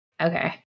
Okay